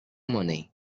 money